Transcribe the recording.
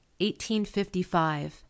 1855